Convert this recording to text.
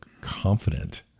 confident